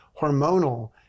hormonal